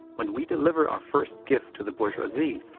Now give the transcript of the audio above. when we deliver our first gift to the bourgeoisie.